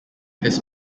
his